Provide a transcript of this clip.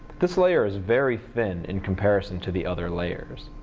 this layer is very thin in comparison to the other layers.